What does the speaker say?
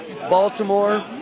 Baltimore